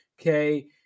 Okay